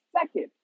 second